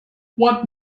what